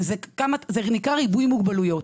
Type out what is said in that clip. זה נקרא ריבוי מוגבלויות.